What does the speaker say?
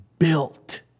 Built